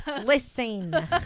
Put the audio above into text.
Listen